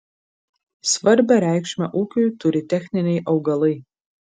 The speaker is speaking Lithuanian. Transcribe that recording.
svarbią reikšmę ūkiui turi techniniai augalai